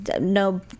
no